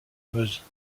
meuse